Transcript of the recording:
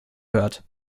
hört